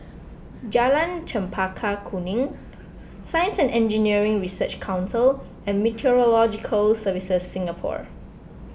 Jalan Chempaka Kuning Science and Engineering Research Council and Meteorological Services Singapore